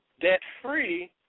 debt-free